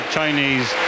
Chinese